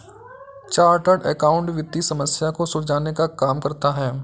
chartered accountant वित्तीय समस्या को सुलझाने का काम करता है